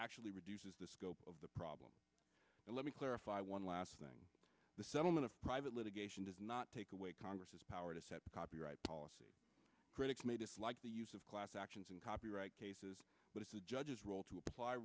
actually reduces the scope of the problem and let me clarify one last thing the settlement of private litigation does not take away congress's power to set copyright policy critics may dislike the use of class actions and copyright cases what is the judge's role to apply